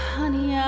honey